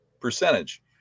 percentage